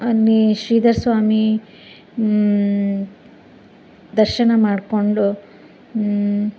ಅಲ್ಲಿ ಶ್ರೀಧರ ಸ್ವಾಮಿ ದರ್ಶನ ಮಾಡಿಕೊಂಡು